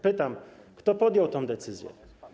Pytam: Kto podjął tę decyzję?